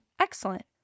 excellent